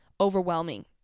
overwhelming